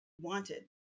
wanted